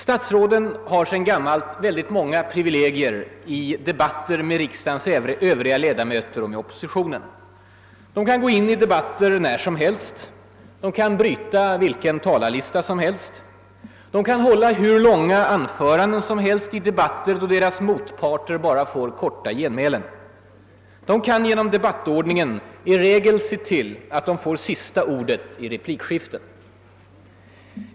Statsråden har sedan gammalt många privilegier i debatter med riksdagens övriga ledamöter och med oppositionen. De kan gå in i debatten när som helst. De kan bryta vilken talarlista som helst. De kan hålla hur långa anföranden som helst i debatter då deras motparter bara får korta genmälen. De kan genom debattordningen i regel se till att de får sista ordet i replikskiften.